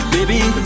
Baby